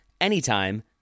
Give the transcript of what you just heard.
anytime